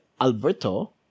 Alberto